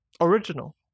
original